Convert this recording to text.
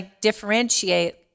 differentiate